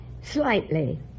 Slightly